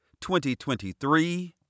2023